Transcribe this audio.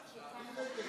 חוק ומשפט נתקבלה.